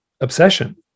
obsession